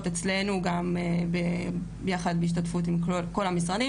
אצלנו גם ביחד בהשתתפות עם כל המשרדים.